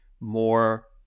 more